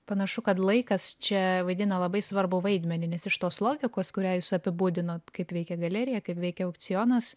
panašu kad laikas čia vaidina labai svarbų vaidmenį nes iš tos logikos kurią jūs apibūdinot kaip veikia galerija kaip veikia aukcionas